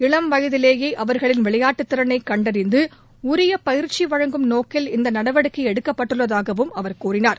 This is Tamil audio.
இளம் வயதிலேயே அவர்களின் விளையாட்டுத்திறனை கண்டறிந்து உரிய பயிற்சி வழங்கும் நோக்கில் இந்த நடவடிக்கை எடுக்கப்பட்டுள்ளதாகவும் அவர் கூறினார்